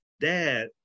dad